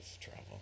travel